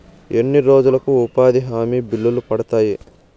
ఎన్ని రోజులకు ఉపాధి హామీ బిల్లులు పడతాయి?